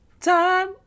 Time